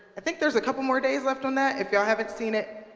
i think there's a couple more days left on that. if y'all haven't seen it,